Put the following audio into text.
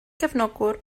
gefnogwr